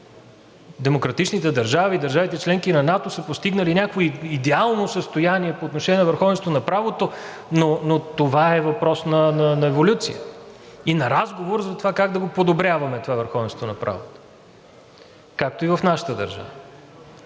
демократичните държави и държавите – членки на НАТО, са постигнали някакво идеално състояние по отношение на върховенството на правото, но това е въпрос на еволюция и на разговор за това как да го подобряваме това върховенство на правото, както и в нашата държава.